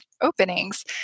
openings